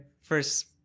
first